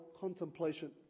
contemplation